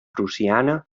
prussiana